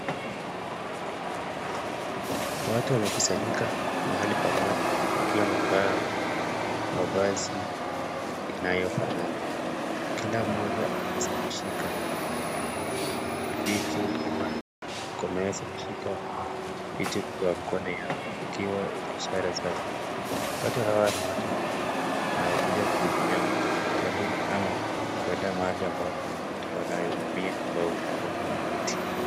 Watu wamekusanyika mahali pamoja wakiwa wamevaa mavazi yanayofanana. Kila mmoja ameweza kushika vitu, ameweza kushika kitu kwa mkono yake ikiwa ina ishara zake. Watu hawa ni watu wa huduma wanakuja kuhudumia watu hospitalini ama kwenda mahali ambapo kuna watu wanaoumia kwa mambo tofauti.